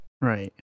Right